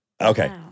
Okay